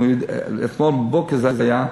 אתמול בבוקר זה היה,